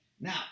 Now